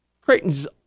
Creighton's